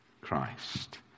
christ